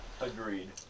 Agreed